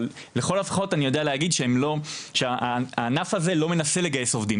לכל הפחות אני יודע להגיד שהענף הזה לא מנסה לגייס עובדים.